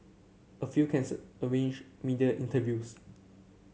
a few cancelled arranged media interviews